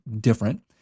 different